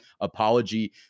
apology